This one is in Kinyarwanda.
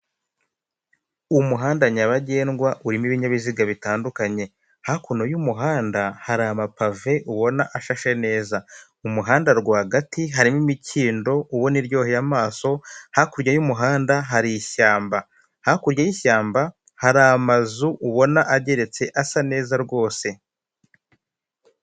Umuhanda nyabagendwa urimo ibinyabiziga bitandukanye, hakuno y'umuhanda hari amapave ubona ashahe neza, mu muhanda rwagati harimo imikindo ubona iryoheye amaso , hakurya y'umuhanda hari ishyamba, hakurya y'ishyamba hari amazu ubona ageretse asa neza rwose.